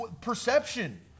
perception